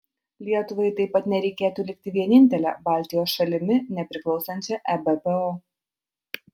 lietuvai taip pat nereikėtų likti vienintele baltijos šalimi nepriklausančia ebpo